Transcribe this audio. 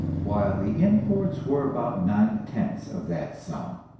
while the imports were about nine-tenths of that sum.